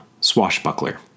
Swashbuckler